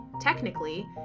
technically